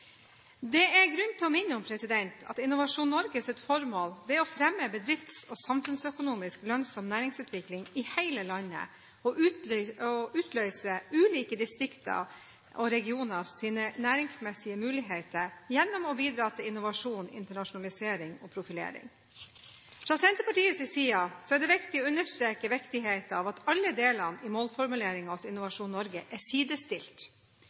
Det er grunn til å minne om at Innovasjon Norges formål er å fremme bedrifts- og samfunnsøkonomisk lønnsom næringsutvikling i hele landet og utløse ulike distrikters og regioners næringsmessige muligheter gjennom å bidra til innovasjon, internasjonalisering og profilering. Fra Senterpartiets side er det viktig å understreke viktigheten av at alle delene i målformuleringen til Innovasjon Norge er sidestilt.